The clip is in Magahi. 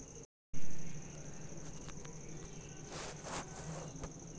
आलू वनस्पति विज्ञान के दृष्टि से एगो तना हइ